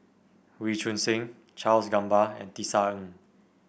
Wee Choon Seng Charles Gamba and Tisa Ng